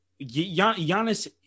Giannis